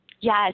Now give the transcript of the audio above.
Yes